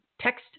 text